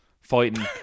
fighting